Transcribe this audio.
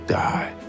die